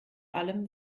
allem